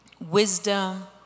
wisdom